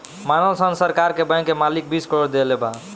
मानल सन सरकार के बैंक के मालिक बीस करोड़ देले बा